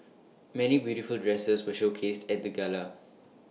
many beautiful dresses were showcased at the gala